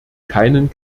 keinen